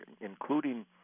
including